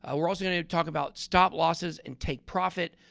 ah we're also going to talk about stop-losses and take-profit,